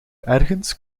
ergens